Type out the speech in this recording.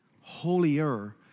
holier